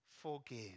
forgive